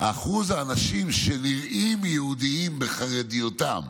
שאחוז האנשים שנראים יהודים בחרדיותם,